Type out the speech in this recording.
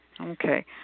Okay